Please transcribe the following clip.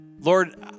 Lord